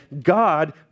God